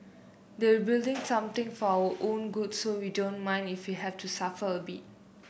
they will building something for our own good so we don't mind if we have to suffer a bit